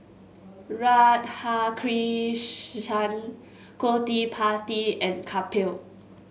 Radhakrishnan Gottipati and Kapil